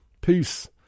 Peace